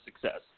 success